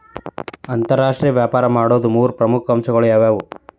ಅಂತರಾಷ್ಟ್ರೇಯ ವ್ಯಾಪಾರ ಮಾಡೋದ್ ಮೂರ್ ಪ್ರಮುಖ ಅಂಶಗಳು ಯಾವ್ಯಾವು?